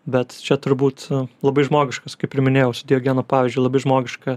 bet čia turbūt labai žmogiškas kaip ir minėjau su diogeno pavyzdžiu labai žmogiška